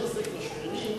למסור את כל הנתונים